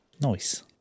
nice